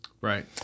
Right